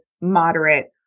moderate